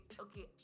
okay